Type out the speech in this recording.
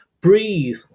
breathe